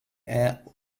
est